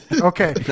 Okay